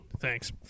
Thanks